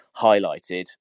highlighted